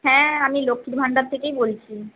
হ্যাঁ আমি লক্ষ্মীর ভাণ্ডার থেকেই বলছি